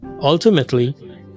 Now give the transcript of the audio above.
ultimately